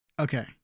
Okay